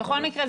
בכל מקרה,